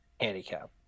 handicap